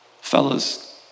fellas